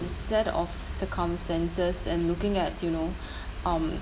a set of circumstances and looking at you know um